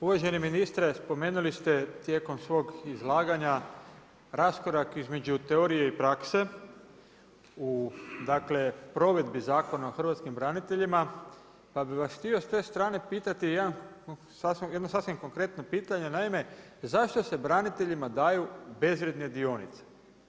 Uvaženi ministre, spomenuli ste tijekom svog izlaganja, raskorak između teorije i prakse u provedbi Zakona o hrvatskim braniteljima, pa bi vas htio s te strne pitati jedno konkretno pitanje, naime zašto se braniteljima daju bezvrijedne dionice?